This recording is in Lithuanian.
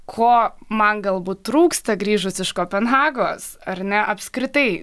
ko man galbūt trūksta grįžus iš kopenhagos ar ne apskritai